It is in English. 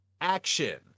action